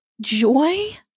joy